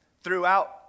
throughout